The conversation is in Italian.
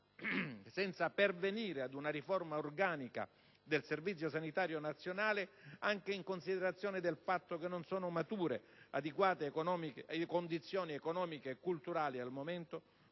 senza pervenire ad una riforma organica del Servizio sanitario nazionale, anche in considerazione del fatto che non sono mature al momento adeguate condizioni economiche e culturali - l'avvio